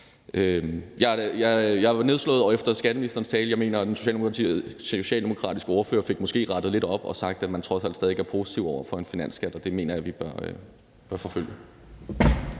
jeg var nedslået efter skatteministerens tale. Jeg mener, at den socialdemokratiske ordfører måske fik rettet lidt op på det og sagt, at man trods alt stadig væk er positiv over for en finansskat, og det mener jeg vi bør forfølge.